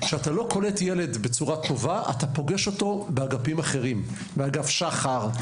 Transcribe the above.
כשאתה לא קולט ילד בצורה טובה אתה פוגש אותו באגפים אחרים: באגף שח"ר,